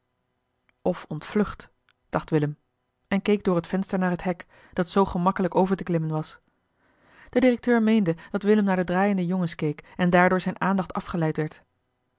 of ontvlucht dacht willem en keek door het venster naar het hek dat zoo gemakkelijk over te klimmen was de directeur meende dat willem naar de draaiende jongens keek en daardoor zijne aandacht afgeleid werd